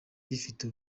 rifite